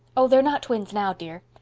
oh, they're not twins now, dear.